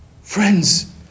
friends